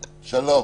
שלום.